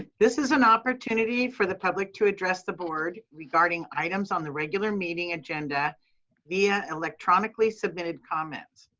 this is an opportunity for the public to address the board regarding items on the regular meeting agenda via electronically submitted comments.